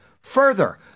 Further